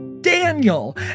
Daniel